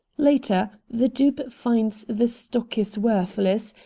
later the dupe finds the stock is worthless,